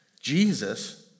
Jesus